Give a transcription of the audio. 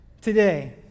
today